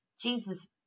jesus